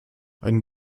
ein